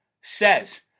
says